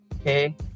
Okay